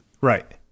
Right